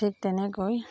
ঠিক তেনেকৈ